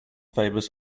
favours